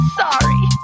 sorry